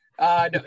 No